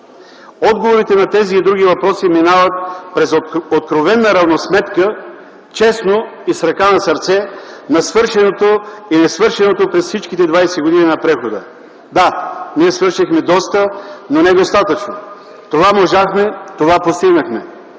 Отговорите на този и други въпроси минават през откровена равносметка – честно и с ръка на сърцето – на свършеното и несвършеното през всичките 20 години на прехода. Да, ние свършихме доста, но недостатъчно. Това можахме – това постигнахме,